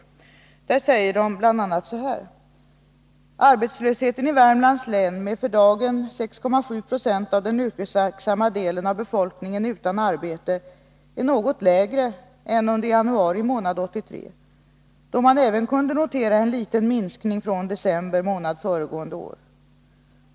Länsarbetsnämnden säger bl.a.: ”Arbetslösheten i Värmlands län med för dagen 6,7 90 av den yrkesverksamma delen av befolkningen utan arbete är något lägre än under januari månad 1983, då man även kunde notera en liten minskning från december månad föregående år.